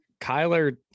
Kyler